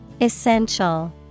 Essential